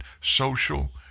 Social